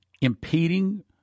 impeding